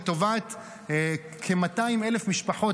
לטובת כ-200,000 משפחות,